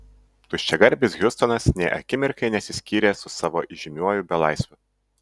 tuščiagarbis hiustonas nė akimirkai nesiskyrė su savo įžymiuoju belaisviu